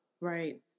Right